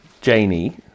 Janie